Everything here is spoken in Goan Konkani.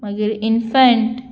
मागीर इन्फंट